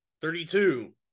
Thirty-two